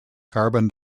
carbon